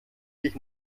sich